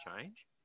change